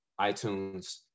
iTunes